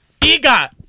Egot